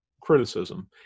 criticism